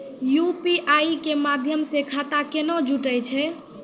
UPI के माध्यम से खाता केना जुटैय छै?